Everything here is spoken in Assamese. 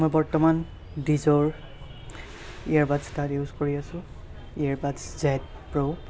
মই বৰ্তমান ডিজ'ৰ ইয়েৰবাড্ছ এডাল ইউজ কৰি আছোঁ ইয়েৰ বাড্ছ জেদ প্ৰ'